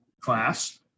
class